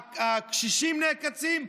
הקשישים נעקצים,